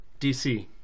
DC